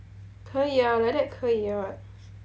可以 ah like that 可以 [what]